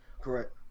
Correct